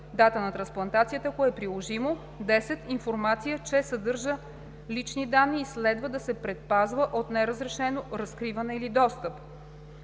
дата на трансплантацията, ако е приложимо; 10. информация, че съдържа лични данни и следва да се предпазва от неразрешено разкриване или достъп.